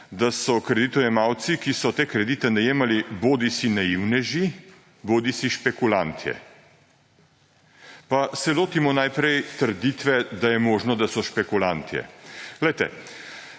da so kreditojemalci, ki so te kredite najemali, bodisi naivneži bodisi špekulanti. Pa se lotimo najprej trditve, da je možno, da so špekulanti. Glejte,